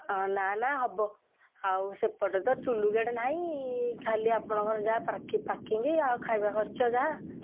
ହଁ ନା ନା ହବ ଆଉ ସେପଟେ ତ ଟୋଲ୍ ଗେଟ୍ ନାହିଁ ଖାଲି ଆପଣଙ୍କର ଯାହା ପାର୍କିଙ୍ଗ୍ ଆଉ ଖାଇବା ଖର୍ଚ୍ଚ ଯାହା